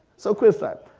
so quiz time,